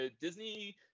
Disney